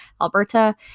Alberta